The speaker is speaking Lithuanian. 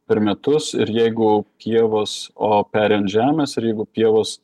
per metus ir jeigu pievos o peri ant žemės ir jeigu pievos